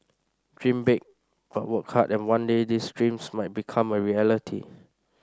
dream big but work hard and one day these dreams might become a reality